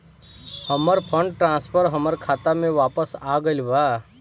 हमर fund transfer हमर खाता में वापस आ गईल बा